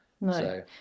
no